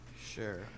Sure